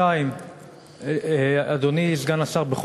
2. אדוני סגן השר,